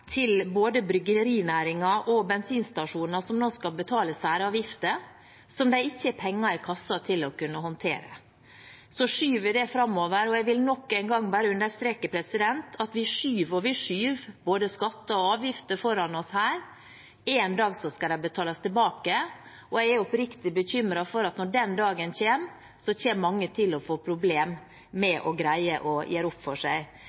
til både bryggerinæringen og bensinstasjoner, som nå skal betale særavgifter som de ikke har penger i kassen til å kunne håndtere. Så skyver vi det framover – og jeg vil nok en gang bare understreke at vi skyver og skyver både skatter og avgifter foran oss her. En dag skal de betales tilbake, og jeg er oppriktig bekymret for at når den dagen kommer, kommer mange til å få problemer med å greie å gjøre opp for seg.